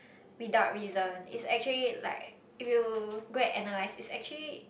without reason is actually like if you go and analyse is actually